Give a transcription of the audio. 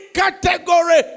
category